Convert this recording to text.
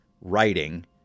writing